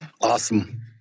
Awesome